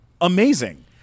Amazing